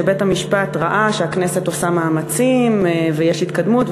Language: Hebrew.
שבית-המשפט ראה שהכנסת עושה מאמצים ויש התקדמות,